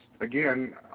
again